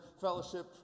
fellowship